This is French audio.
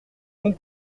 nous